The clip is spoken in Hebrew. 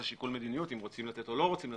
זה שיקול מדיניות אם רוצים או לא רוצים לתת,